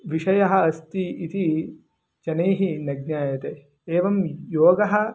विषयः अस्ति इति जनैः न ज्ञायते एवं योगः